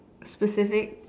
specific